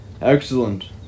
Excellent